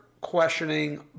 questioning